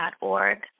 org